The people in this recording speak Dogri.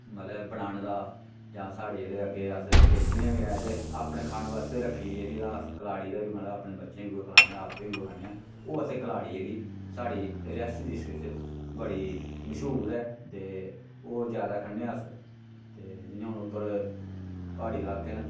मतलब बनाने दा जां साढ़े जेह्ड़े अग्गें अस बेचने बी हैन ते अपने खाने वास्तै बी रक्खी जेह्ड़ी तां अस कलाड़ी दा मतलब अपने बच्चें बी उ'यै खलाने आं आपें बी उ'यै खन्ने आं ओह् असें कलाड़ी जेह्ड़ी साढ़ी रियासी डिस्ट्रिक च बड़ी मश्हूर ऐ ते ओह् ज्यादा खन्ने आं अस ते जियां हून उप्पर प्हाड़ी लाके न